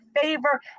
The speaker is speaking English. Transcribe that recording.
favor